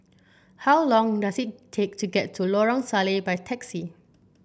how long does it take to get to Lorong Salleh by taxi